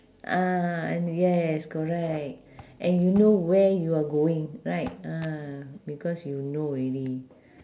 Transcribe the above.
ah and yes correct and you know where you are going right ah because you know already